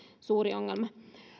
suuri ongelma